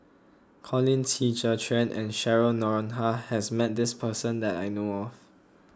Colin Qi Zhe Quan and Cheryl Noronha has met this person that I know of